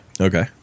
Okay